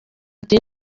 ati